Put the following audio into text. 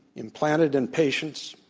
implanted in patients,